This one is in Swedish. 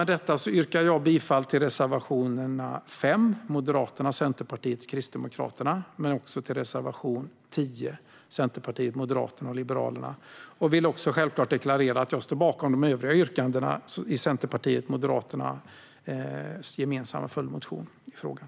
Med detta yrkar jag bifall till reservation 5 från Moderaterna, Centerpartiet och Kristdemokraterna samt till reservation 10 från Centerpartiet, Moderaterna och Liberalerna. Jag vill också självklart deklarera att jag står bakom de övriga yrkandena i Centerpartiets och Moderaternas gemensamma följdmotion i frågan.